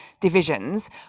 divisions